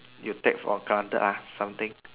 you take for granted ah something